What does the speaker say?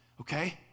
Okay